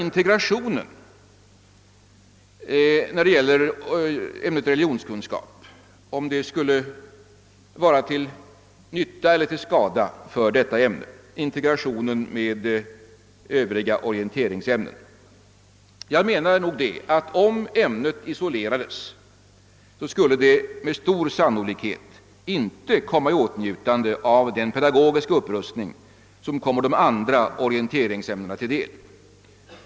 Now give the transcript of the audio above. integrationen av ämnet religionskunskap med övriga orienteringsämnen skulle vara till nytta eller till skada för detta ämne. Jag anser, att om ämnet isolerades, skulle det med stor sannolikhet inte komma i åtnjutande av den pedagogiska upprustning som sker för de andra orienteringsämnenas del.